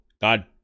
god